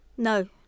No